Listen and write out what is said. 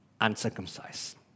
uncircumcised